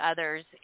others